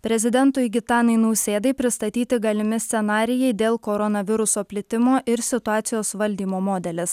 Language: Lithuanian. prezidentui gitanui nausėdai pristatyti galimi scenarijai dėl koronaviruso plitimo ir situacijos valdymo modelis